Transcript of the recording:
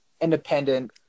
independent